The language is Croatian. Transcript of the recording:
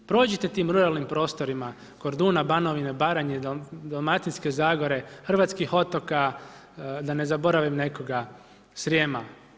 Prođite tim ruralnim prostorima Korduna, Banovine, Baranje, Dalmatinske zagore, hrvatskih otoka, da ne zaboravim nekoga, Srijema.